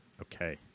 Okay